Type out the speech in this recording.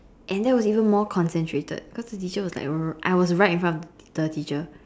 and that was even more concentrated because the teacher was like I was right in front of the teacher